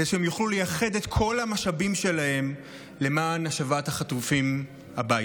כדי שהם יוכלו לייחד את כל המשאבים שלהם למען השבת החטופים הביתה.